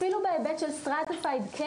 אפילו בהיבט של דיכאון,